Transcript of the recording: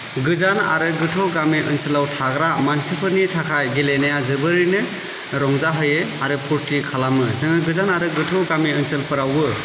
गोजान आरो गोथौ गामि ओनसोलाव थाग्रा मानसिफोरनि थाखाय गेलेनाया जोबोरैनो रंजाहोयो आरो फुरथि खालामो जोङो गोजान आरो गोथौ गामि ओनसोलफोरावबो